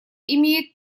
имеет